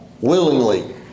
willingly